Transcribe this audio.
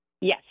Yes